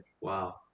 Wow